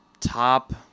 Top